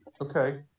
Okay